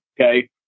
Okay